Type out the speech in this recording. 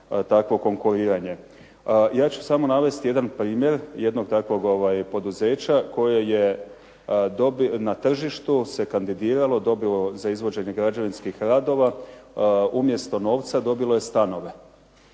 Ja ću samo navesti jedan primjer jednog takvog poduzeća koje je na tržištu se kandidiralo, dobilo za izvođenje građevinskih radova, umjesto novca dobilo je stanove